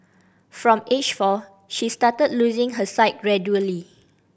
from age four she started losing her sight gradually